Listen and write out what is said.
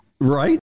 right